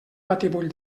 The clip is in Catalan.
batibull